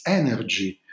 energy